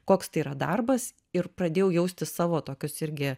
koks tai yra darbas ir pradėjau jausti savo tokius irgi